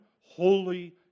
holy